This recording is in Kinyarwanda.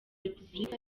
repubulika